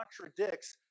contradicts